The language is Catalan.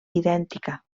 idèntica